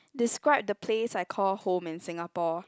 describe the place I call home in Singapore